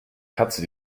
katze